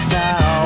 now